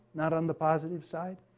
not on the positive side,